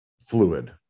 fluid